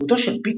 דמותו של פיטר,